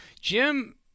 Jim